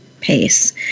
pace